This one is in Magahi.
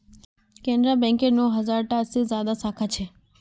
केनरा बैकेर नौ हज़ार टा से ज्यादा साखा छे